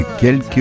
quelques